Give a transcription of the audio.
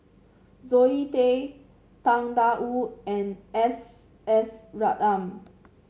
Zoe Tay Tang Da Wu and S S Ratnam